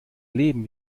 leben